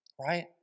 right